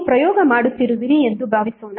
ನೀವು ಪ್ರಯೋಗ ಮಾಡುತ್ತಿರುವಿರಿ ಎಂದು ಭಾವಿಸೋಣ